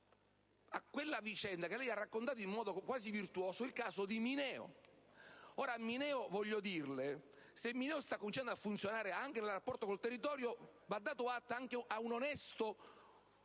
a quella vicenda che lei ha raccontato in modo quasi virtuoso: il caso di Mineo. Se Mineo sta cominciando a funzionare anche nel rapporto con il territorio, va dato atto anche a un onesto